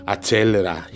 Accelera